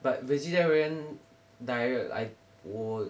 but vegetarian diet I 我